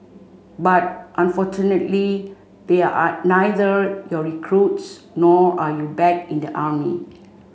but unfortunately they are neither your recruits nor are you back in the army